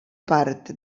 part